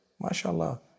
MashaAllah